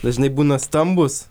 dažnai būna stambūs